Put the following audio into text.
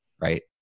right